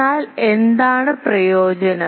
എന്നാൽ എന്താണ് പ്രയോജനം